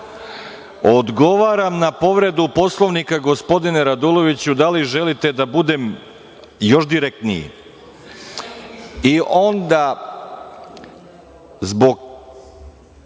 na povredu Poslovnika, gospodine Raduloviću, da li želite da budem još direktniji? I, onda zbog